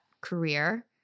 career